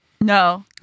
no